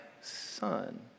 son